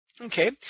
Okay